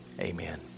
Amen